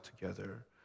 together